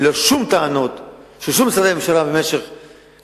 ללא שום טענות של אף אחד ממשרדי הממשלה במשך קדנציה,